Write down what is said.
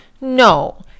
No